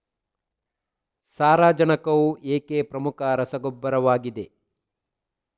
ಸಾರಜನಕವು ಏಕೆ ಪ್ರಮುಖ ರಸಗೊಬ್ಬರವಾಗಿದೆ?